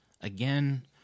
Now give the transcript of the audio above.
again